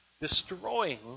destroying